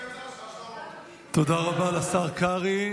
תודה רבה לשר קרעי.